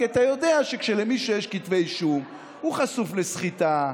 כי אתה יודע שכשלמישהו יש כתבי אישום הוא חשוף לסחיטה,